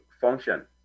function